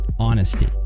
honesty